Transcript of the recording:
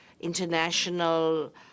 International